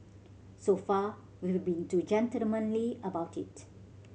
so far we've been too gentlemanly about it